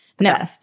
No